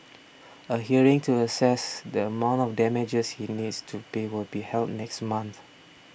a hearing to assess the amount of damages he needs to pay will be held next month